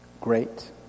great